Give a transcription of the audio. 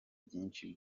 byinshi